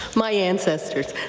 my ancestors.